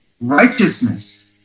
Righteousness